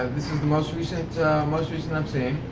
the most recent most recent i'm seeing.